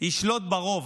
ישלוט ברוב,